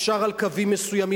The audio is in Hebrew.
אפשר לוותר על קווים מסוימים,